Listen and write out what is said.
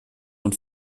und